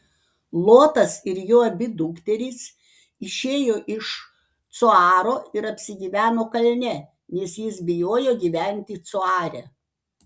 lotas ir jo abi dukterys išėjo iš coaro ir apsigyveno kalne nes jis bijojo gyventi coare